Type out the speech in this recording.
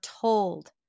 told